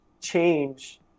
change